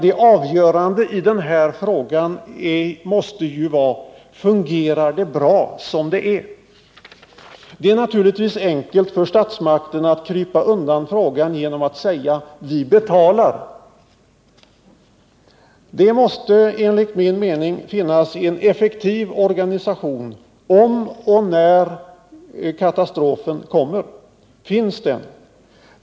Den avgörande frågan i detta sammanhang måste vara: Fungerar det bra som det är? Det är naturligtvis enkelt för statsmakten att krypa undan frågan genom att säga: Vi betalar. Det måste enligt min mening finnas en effektiv organisation om och när katastrofen kommer. Finns det en sådan?